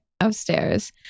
upstairs